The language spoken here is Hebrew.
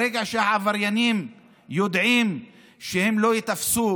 ברגע שהעבריינים יודעים שהם לא ייתפסו